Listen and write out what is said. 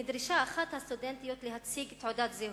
נדרשה אחת הסטודנטיות להציג תעודת זהות,